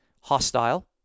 hostile